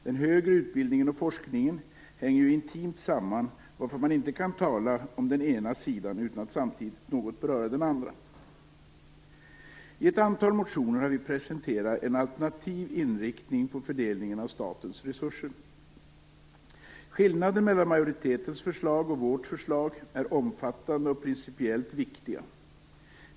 Den högre utbildningen och forskningen hänger ju intimt samman, varför man inte kan tala om det ena utan att samtidigt något beröra det andra. I ett antal motioner har vi presenterat en alternativ inriktning på fördelningen av statens resurser. Skillnaden mellan majoritetens och vårt förslag är omfattande och principiellt viktig.